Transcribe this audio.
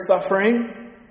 suffering